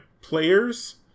players